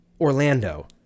Orlando